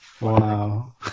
Wow